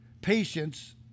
Patience